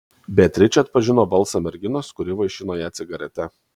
beatričė atpažino balsą merginos kuri vaišino ją cigarete